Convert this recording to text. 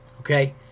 Okay